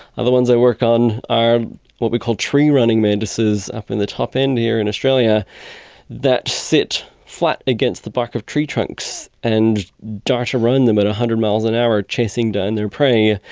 other ones i work on are what we call tree running mantises up in the top end here in australia that sit flat against the bark of tree trunks and dart around them at one ah hundred miles an hour chasing down their prey.